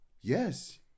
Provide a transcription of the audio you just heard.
Yes